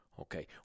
Okay